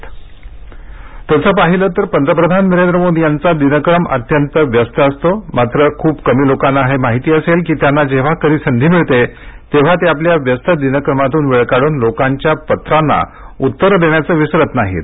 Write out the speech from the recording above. पंतप्रधानांचं पत्र तसं पाहिलं तर पंतप्रधान नरेंद्र मोदी यांचा दिनक्रम अत्यंत व्यस्त असतो मात्र खूप कमी लोकांना हे माहित असेल की त्यांना जेव्हा कधी संधी मिळते तेव्हा ते आपल्या व्यस्त दिनक्रमातून वेळ काढून लोकांच्या पत्रांना उत्तर देण्याचे विसरत नाहीत